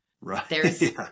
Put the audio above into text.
Right